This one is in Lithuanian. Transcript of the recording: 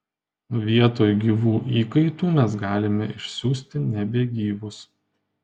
vietoj gyvų įkaitų mes galime išsiųsti nebegyvus